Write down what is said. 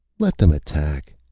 let them attack!